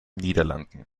niederlanden